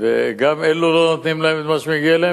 וגם אלו לא נותנים להם את מה שמגיע להם